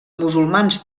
musulmans